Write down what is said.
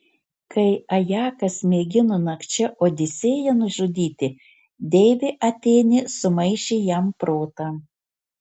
kai ajakas mėgino nakčia odisėją nužudyti deivė atėnė sumaišė jam protą